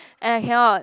and I cannot